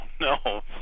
no